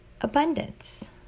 Abundance